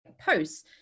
posts